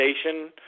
station